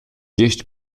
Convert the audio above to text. gest